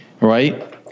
Right